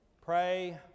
pray